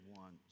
one